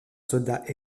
soldat